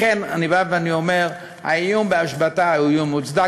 לכן אני בא ואומר: האיום בהשבתה הוא איום מוצדק.